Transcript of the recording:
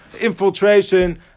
infiltration